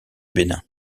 bénin